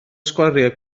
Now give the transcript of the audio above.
sgwariau